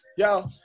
Yo